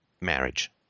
marriage